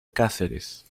cáceres